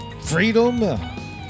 freedom